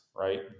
Right